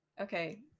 Okay